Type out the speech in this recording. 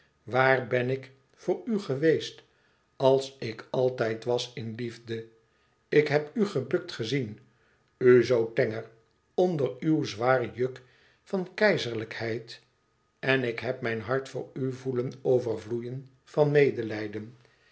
waàr ben ik voor u geweest als ik altijd was in liefde ik heb u gebukt gezien u zoo tenger onder uw zwaar juk van keizerlijkheid en ik heb mijn hart voor u voelen overvloeien van medelijden